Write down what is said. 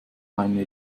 meine